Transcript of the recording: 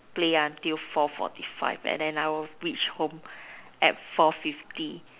play until four forty five and then I will reach home at four fifty